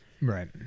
Right